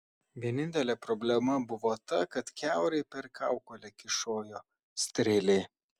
vienintelė problema buvo ta kad kiaurai per kaukolę kyšojo strėlė